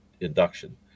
induction